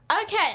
Okay